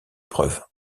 preuve